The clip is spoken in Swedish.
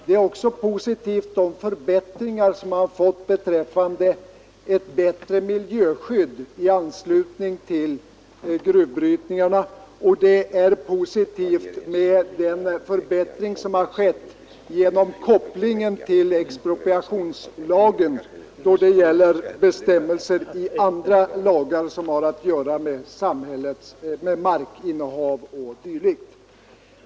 Det förbättrade miljöskyddet i anslutning till gruvbrytning är också positivt liksom den förbättring som sker genom kopplingen till expropriationslagen då det gäller bestämmelser i andra lagar som har att göra med markinnehav och dylikt.